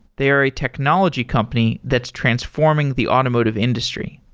they're a technology company that's transforming the automotive industry.